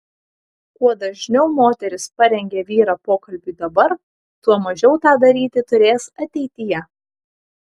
kuo dažniau moteris parengia vyrą pokalbiui dabar tuo mažiau tą daryti turės ateityje